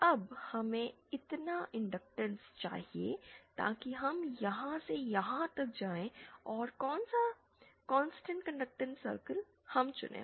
अब हमें कितना इंडक्टटेंस चाहिए ताकि हम यहां से यहां तक जाएं और कौन सा कांस्टेंट कंडक्टेंस सर्कल हम चुनेंगे